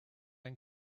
ein